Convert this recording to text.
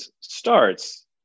starts